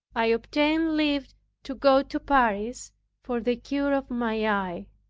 i obtained leave to go to paris for the cure of my eye